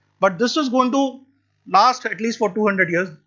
but this is going to last at least for two hundred years,